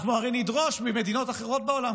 אנחנו הרי נדרוש ממדינות אחרות בעולם,